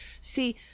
See